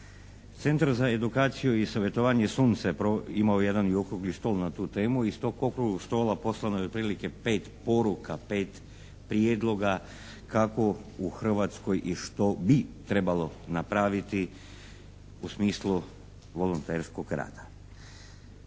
Centar za edukaciju i savjetovanje "Sunce" imao je jedan i okrugli stol na tu temu i s tog okruglog stola poslano je otprilike 5 poruka, 5 prijedloga kako u Hrvatskoj i što bi trebalo napraviti u smislu volonterskog rada.